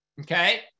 okay